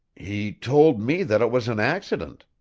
he told me that it was an accident,